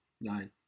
nine